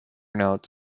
notes